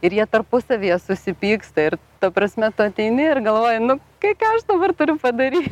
ir jie tarpusavyje susipyksta ir ta prasme tu ateini ir galvoji nu ką aš dabar turiu padary